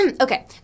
Okay